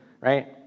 right